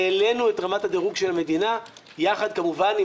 והעלנו את רמת הדרוג של המדינה, יחד, כמובן,